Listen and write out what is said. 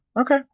Okay